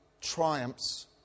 triumphs